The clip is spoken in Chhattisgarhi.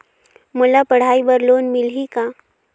मोला पढ़ाई बर लोन मिलही का?